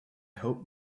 hope